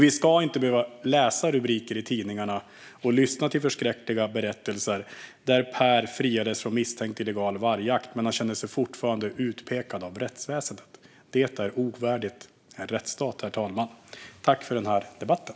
Vi ska inte behöva läsa rubriker i tidningarna och lyssna till förskräckliga berättelser där Per friades från misstänkt illegal vargjakt men fortfarande känner sig utpekad av rättsväsendet. Det här är ovärdigt en rättsstat, herr talman.